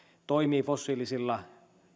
toimii fossiilisilla